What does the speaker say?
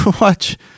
watch